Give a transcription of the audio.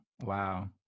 wow